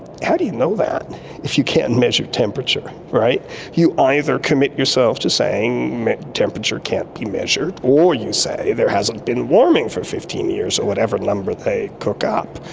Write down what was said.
how do you know that if you can't and measure temperature? you either commit yourself to saying temperature can't be measured, or you say there hasn't been warming for fifteen years or whatever number they cook up.